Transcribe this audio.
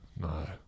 No